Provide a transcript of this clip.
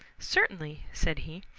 certainly, said he.